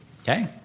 Okay